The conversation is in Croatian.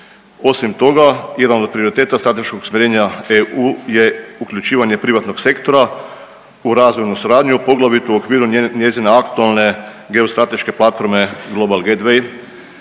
Osim toga, jedan od prioriteta strateškog usmjerenja EU je uključivanje privatnog sektora u razvojnu suradnju, a poglavito u okviru njezine aktualne geostrateške platforme Global Gateway,